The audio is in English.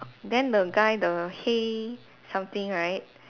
then the guy the hey something right